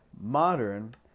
Modern